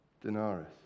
denarius